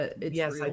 Yes